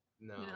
No